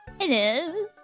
Hello